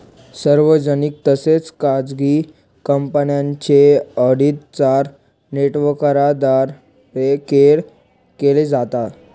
सार्वजनिक तसेच खाजगी कंपन्यांचे ऑडिट चार नेटवर्कद्वारे केले जाते